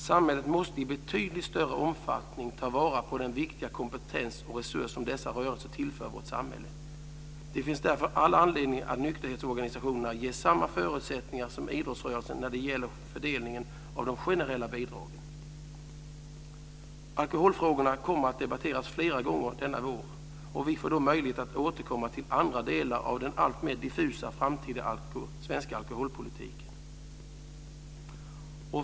Samhället måste i betydligt större omfattning ta vara på den viktiga kompetens och resurs som dessa rörelser tillför vårt samhälle. Det finns därför all anledning att nykterhetsorganisationerna ges samma förutsättningar som idrottsrörelsen när det gäller fördelningen av de generella bidragen. Alkoholfrågorna kommer att debatteras flera gånger denna vår, och vi får då möjlighet att återkomma till andra delar av den alltmer diffusa framtida svenska alkoholpolitiken.